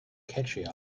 catchy